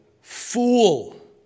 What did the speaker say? fool